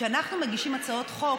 כשאנחנו מגישים הצעות חוק,